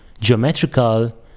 geometrical